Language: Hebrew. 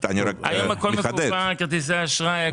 היום הכל מקוון, כרטיסי אשראי.